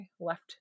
left